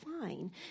fine